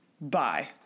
Bye